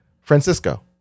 Francisco